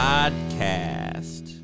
Podcast